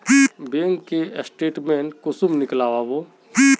Bank के statement कुंसम नीकलावो?